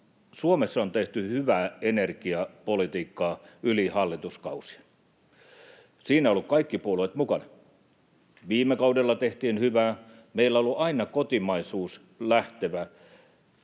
Suomessa on tehty hyvää energiapolitiikkaa yli hallituskausien, siinä ovat olleet kaikki puolueet mukana. Viime kaudella tehtiin hyvää: Meillä kotimaisuus on